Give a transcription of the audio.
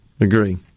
agree